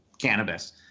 cannabis